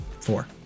four